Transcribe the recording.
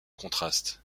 contraste